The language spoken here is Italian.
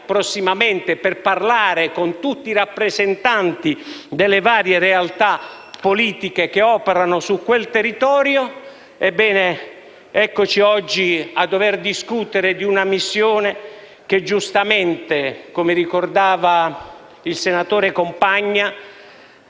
prossimamente per parlare con tutti i rappresentanti delle varie realtà politiche che operano su quel territorio. Ebbene, eccoci oggi a dover discutere di una missione che giustamente, come ricordava il senatore Compagna,